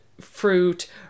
fruit